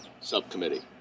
subcommittee